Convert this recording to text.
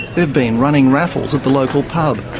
they've been running raffles at the local pub,